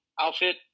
outfit